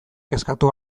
kezkatu